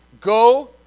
go